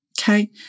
okay